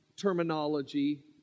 terminology